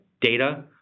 data